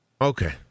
Okay